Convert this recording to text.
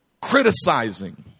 Criticizing